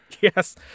Yes